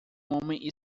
homem